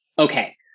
Okay